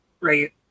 right